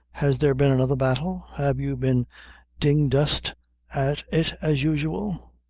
has there been another battle? have you been ding dust at it as usual?